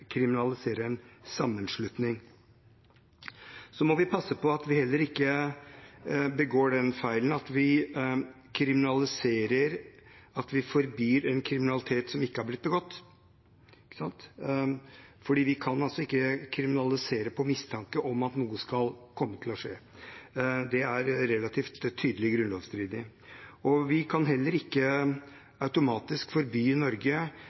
en sammenslutning. Så må vi passe på at vi heller ikke begår den feilen at vi forbyr en kriminalitet som ikke har blitt begått, for vi kan altså ikke kriminalisere på mistanke om at noe skal komme til å skje. Det er relativt tydelig grunnlovsstridig. Vi kan heller ikke automatisk forby i Norge